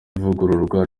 ivugururwa